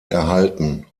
erhalten